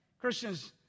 Christians